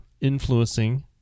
influencing